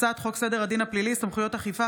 הצעת חוק סדר הדין הפלילי (סמכויות אכיפה,